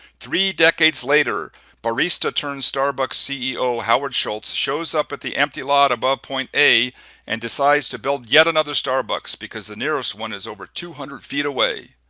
three decades later barista turned starbucks ceo howard schultz, shows up at the empty lot above point a and decides to build yet another starbucks because the nearest one is over two hundred feet away.